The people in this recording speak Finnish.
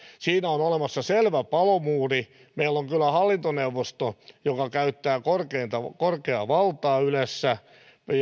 siinä on olemassa selvä palomuuri meillä on kyllä hallintoneuvosto joka käyttää korkeaa valtaa ylessä